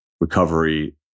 recovery